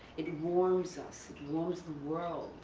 it warms us, warms the world.